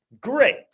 Great